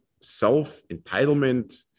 self-entitlement